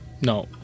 no